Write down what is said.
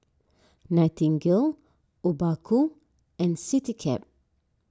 Nightingale Obaku and CityCab